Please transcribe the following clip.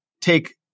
take